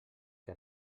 que